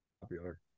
popular